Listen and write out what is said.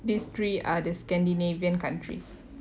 these three are the scandinavian countries